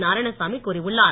நாராயணசாமி கூறியுள்ளார்